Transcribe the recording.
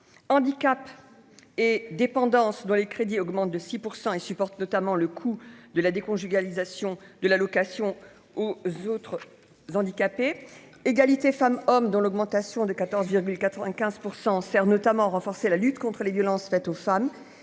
Handicap et dépendance dont les crédits augmentent de 6 % et supporte notamment le coût de la déconjugalisation de l'allocation ou z'autres handicapés égalité femmes-hommes, dont l'augmentation de 14,95 % faire notamment renforcer la lutte contre les violences faites aux femmes